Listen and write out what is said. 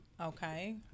okay